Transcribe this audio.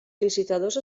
licitadors